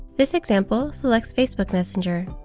this example selects facebook messenger.